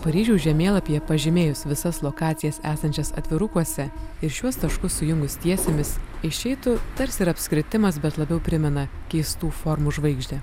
paryžiaus žemėlapyje pažymėjus visas lokacijas esančias atvirukuose ir šiuos taškus sujungus tiesėmis išeitų tarsi apskritimas bet labiau primena keistų formų žvaigždę